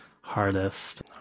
hardest